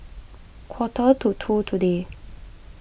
quarter to two today